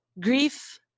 grief